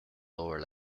lower